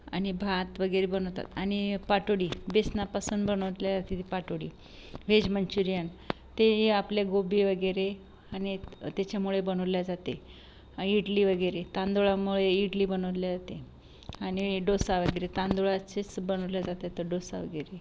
आनि भात वगेरे बनवतात आनि पाटोडी बेसनापासून बनवत्ल्याते ती पाटोडी व्हेज मंच्युरियन ते आपल्या गोबी वगेरे आनि एक तेच्यामुळे बनवल्या जाते इटली वगेरे तांदुळामुळे इटली बनवल्याते आनि डोसा वगेरे तांदुळाचेच बनवल्या जातात तं डोसा वगेरे